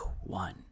one